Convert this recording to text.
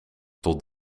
tot